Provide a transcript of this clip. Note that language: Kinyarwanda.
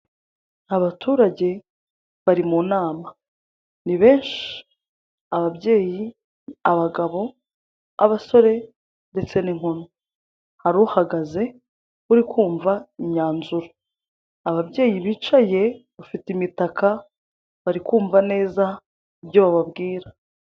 Abaturage bari mu nama , ni benshi ababyeyi , abagabo , abasire ndetse n'inkumi. Hari uhagaze uri kumva imyanzuro. Ababyeyi bicaye bafite imitaka bari kumva neza ibyo bababwira.